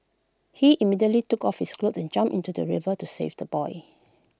he immediately took off his clothes and jumped into the river to save the boy